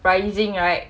rising right